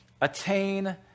attain